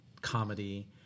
comedy